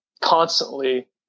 Constantly